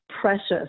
precious